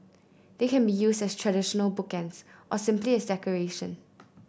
they can be used as traditional bookends or simply as decoration